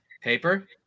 paper